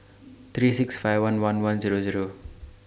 three six five one one one Zero Zero